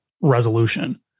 resolution